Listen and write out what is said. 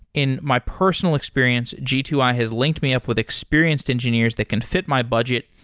in my personal experience, g two i has linked me up with experienced engineers that can fit my budget,